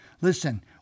Listen